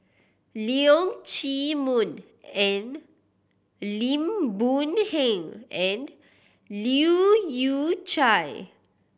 Leong Chee Mun and Lim Boon Heng and Leu Yew Chye